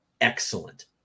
excellent